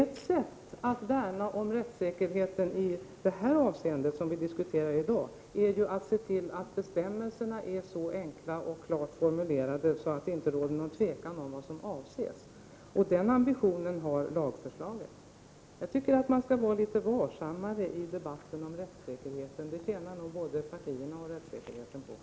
Ett sätt att värna om rättssäkerheten, i det avseende som vi diskuterar i dag, är att se till att bestämmelserna är så enkelt och klart formulerade att det inte råder något tvivel om vad som avses. Den ambitionen har vi med lagförslaget. Jag tycker att man skall gå litet varsammare fram i debatten om rättssäkerheten. Det tjänar nog både partierna och rättssäkerheten på.